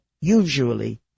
usually